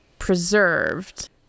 preserved